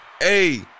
Hey